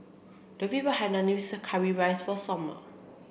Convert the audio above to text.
Lovey bought Hainanese curry rice for Sommer